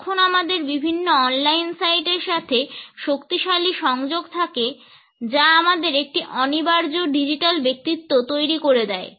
যখন আমাদের বিভিন্ন অনলাইন সাইটের সাথে শক্তিশালী সংযোগ থাকে যা আমাদের একটি অনিবার্য ডিজিটাল ব্যক্তিত্ব তৈরি করে দেয়